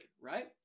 right